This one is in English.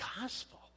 gospel